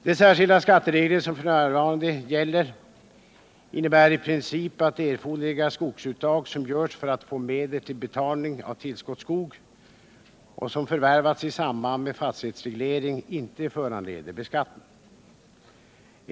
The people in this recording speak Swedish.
De särskilda skatteregler som f. n. gäller innebär i princip att erforderliga skogsuttag som görs för att få medel till betalning av tillskottsskog som förvärvats i samband med fastighetsreglering inte föranleder beskattning.